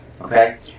okay